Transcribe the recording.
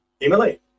Emily